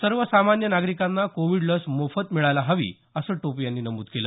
सर्वसामान्य नागरिकांना कोविड लस मोफत मिळायला हवी असं टोपे यांनी नमूद केलं